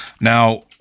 now